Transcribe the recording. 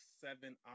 seven